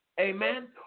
Amen